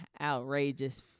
outrageous